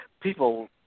People